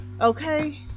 Okay